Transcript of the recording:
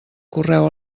correu